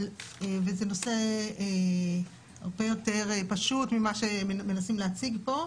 אבל זה נושא הרבה יותר פשוט ממה שמנסים להציג פה,